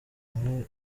muri